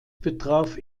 betraf